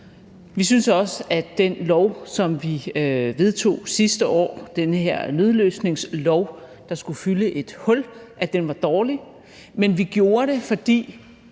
Vi synes også, at den lov, som blev vedtaget sidste år – den her nødløsningslov, der skulle fylde et hul – var dårlig, men vi gik med til den, fordi